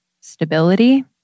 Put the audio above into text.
stability